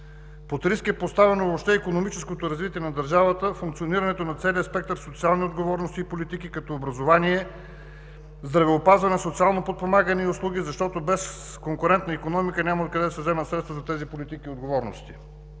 Под риск е поставено въобще икономическото развитие на държавата, функционирането на целия спектър социални отговорности и политики, като: образование, здравеопазване, социално подпомагане и услуги, защото без конкурентна икономика няма откъде да се вземат средства за тези политики и отговорности.